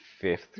fifth